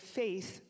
faith